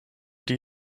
die